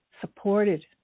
supported